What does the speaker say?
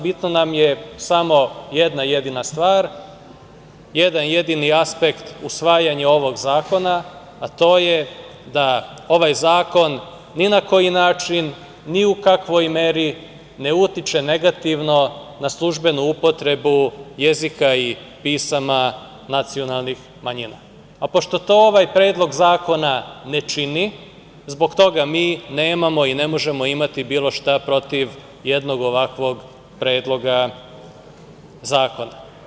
Bitno nam je samo jedna jedina stvar, jedan jedini aspekt usvajanje ovog zakona, a to je da ovaj zakon ni na koji način, ni u kakvoj meri ne utiče negativno na službenu upotrebu jezika i pisama nacionalnih manjina, a pošto to ovaj predlog zakona ne čini, zbog toga mi nemamo i ne možemo imati bilo šta protiv jednog ovakvog predloga zakona.